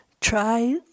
try